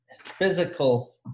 physical